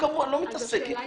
אני לא מתעסק עם זה.